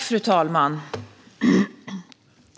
Fru talman!